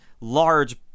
large